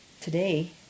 Today